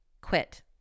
quit